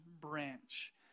branch